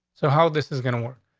so how this is gonna work?